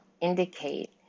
indicate